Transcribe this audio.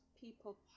people